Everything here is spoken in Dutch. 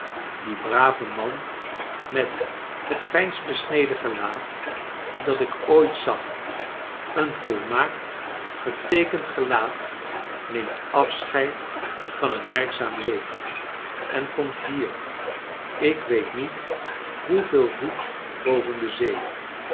die brave man met het fijnst besneden gelaat dat ik ooit zag een volmaakt geteekend gelaat neemt afscheid van een werkzaam leven en komt hier ik weet niet hoeveel voet boven de zee